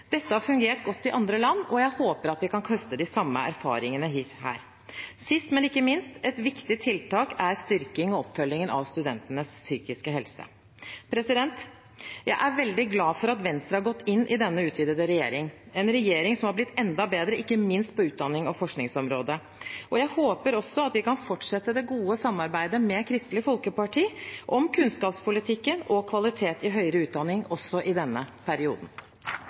Dette har fungert godt i andre land, og jeg håper vi kan høste de samme erfaringene her. Sist, men ikke minst: Et viktig tiltak er styrking og oppfølging av studentenes psykiske helse. Jeg er veldig glad for at Venstre har gått inn i denne utvidete regjeringen, en regjering som har blitt enda bedre, ikke minst på utdannings- og forskningsområdet. Jeg håper vi kan fortsette det gode samarbeidet med Kristelig Folkeparti om kunnskapspolitikken og kvalitet i høyere utdanning også i denne perioden.